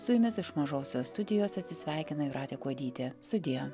su jumis iš mažosios studijos atsisveikina jūratė kuodytė sudie